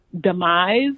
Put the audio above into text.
demise